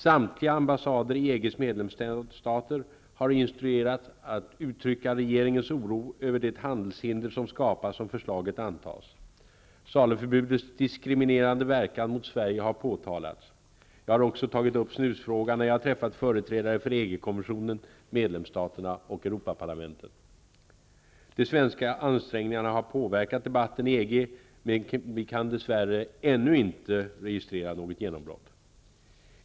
Samtliga ambassader i EG:s medlemsstater har instruerats att uttrycka regeringens oro över det handelshinder som skapas om förslaget antas. Saluförbudets diskriminerande verkan mot Sverige har påtalats. Jag har också tagit upp snusfrågan när jag träffat företrädare för EG-kommissionen, medlemsstaterna och Europa-parlamentet. De svenska ansträngningarna har påverkat debatten i EG, men vi kan dess värre ännu inte registrera något genombrott.